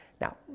Now